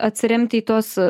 atsiremti į tuos